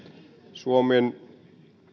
suomen